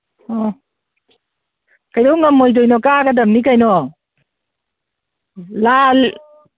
ꯑꯣ ꯀꯩꯗꯧ ꯉꯝꯃꯣꯏꯗꯣꯏꯅꯣ ꯀꯥꯒꯗꯕꯅꯤ ꯀꯩꯅꯣ ꯂꯥꯜ